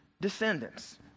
descendants